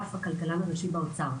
אגף הכלכלן הראשי באוצר.